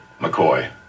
McCoy